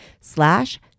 slash